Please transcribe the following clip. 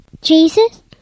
Jesus